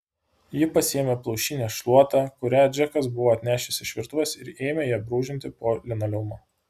ji pasiėmė plaušinę šluotą kurią džekas buvo atnešęs iš virtuvės ir ėmė ja brūžinti po linoleumą